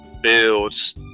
builds